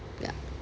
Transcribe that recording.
ya